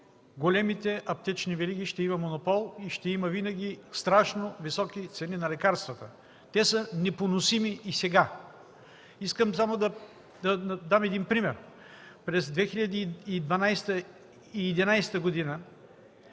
големите аптечни вериги, ще има монопол и ще има винаги страшно високи цени на лекарствата. Те са непоносими и сега. Искам само да дам един пример. През 2011 г.